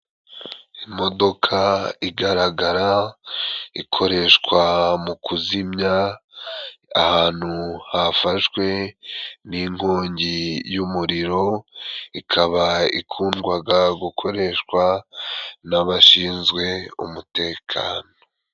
Imodoka igaragara ikoreshwa mu kuzimya ahantu hafashwe n'inkongi y'umuriro, ikaba ikundwaga gukoreshwa n'abashinzwe umutekano.